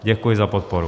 Děkuji za podporu.